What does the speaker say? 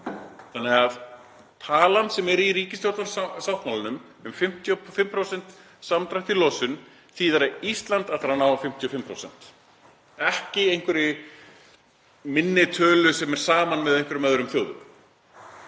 þannig að talan sem er í ríkisstjórnarsáttmálanum um 55% samdrátt í losun þýðir að Ísland ætlar að ná 55%, ekki einhverri lægri tölu saman með einhverjum öðrum þjóðum.